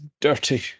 dirty